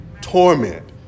torment